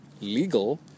legal